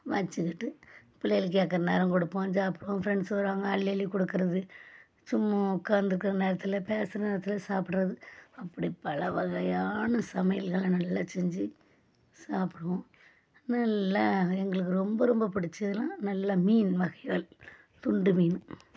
வச்சிக்கிட்டு பிள்ளைகளும் கேட்கற நேரம் கொடுப்போம் சாப்பிடுவோம் ஃப்ரெண்ட்ஸு வருவாங்க அள்ளி அள்ளி கொடுக்கறது சும்மா உக்காந்திருக்கற நேரத்தில் பேசுகிற நேரத்தில் சாப்பிட்றது அப்படி பலவகையான சமையல்களெலாம் நல்லா செஞ்சு சாப்பிடுவோம் நல்லா எங்களுக்கு ரொம்ப ரொம்ப புடிச்சதெலாம் நல்ல மீன் வகைகள் துண்டு மீன்